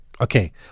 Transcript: Okay